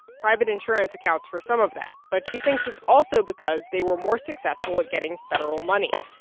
private insurance accounts for some of that, but she thinks it's also because they were more successful at getting federal money.